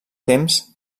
temps